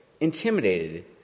intimidated